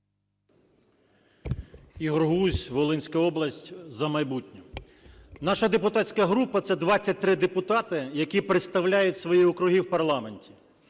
Ігор Гузь, Волинська область, "За майбутнє". Наша депутатська група це 23 депутати, які представляють свої округи у парламенті.